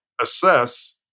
assess